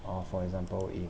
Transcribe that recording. or for example in